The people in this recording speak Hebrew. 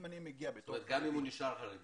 גם אם הוא נשאר חרדי?